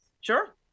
Sure